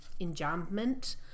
enjambment